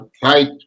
fight